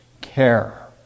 care